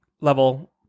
level